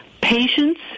patients